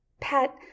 Pat